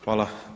Hvala.